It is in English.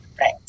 Right